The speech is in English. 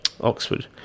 Oxford